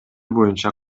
боюнча